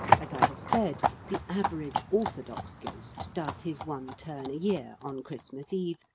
as i have said, the average orthodox ghost does his one turn a year, on christmas eve,